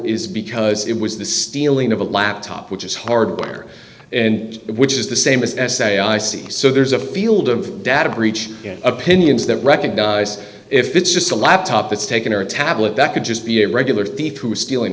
is because it was the stealing of a laptop which is harder and which is the same as s a i c so there's a field of data breach opinions that recognize if it's just a laptop it's taken or a tablet that could just be a regular thief who was stealing